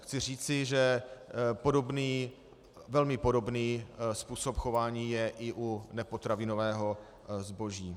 Chci říci, že velmi podobný způsob chování je i u nepotravinového zboží.